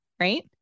right